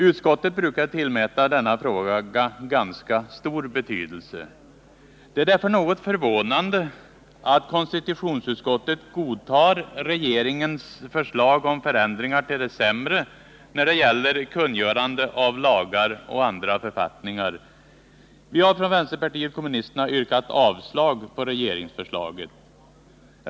Utskottet brukar tillmäta denna fråga ganska stor betydelse. Det är därför något förvånande att konstitutionsutskottet godtar regeringens förslag om förändringar till det sämre när det gäller kungörande av lagar och andra författningar. Vi har från vänsterpartiet kommunisterna yrkat avslag på regeringsförslaget.